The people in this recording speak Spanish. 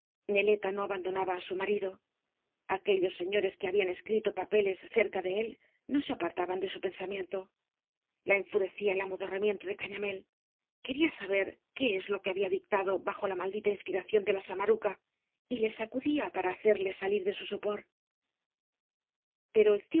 neleta no abandonaba á su marido aquellos señores que habían escrito papeles cerca de él no se apartaban de su pensamiento la enfurecía el amodorramiento de cañamél quería saber qué es lo que había dictado bajo la maldita inspiración de la samaruca y le sacudía para hacerle salir de bu sopor pero